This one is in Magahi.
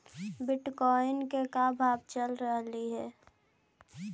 बिटकॉइंन के का भाव चल रहलई हे?